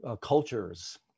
cultures